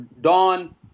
Dawn